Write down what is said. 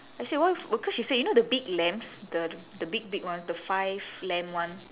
I say why cause she say you know the big lamps the the big big ones the five lamp [one]